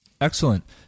Excellent